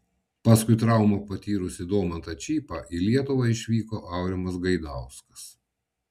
paskui traumą patyrusį domantą čypą į lietuvą išvyko aurimas gaidauskas